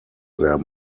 their